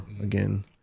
again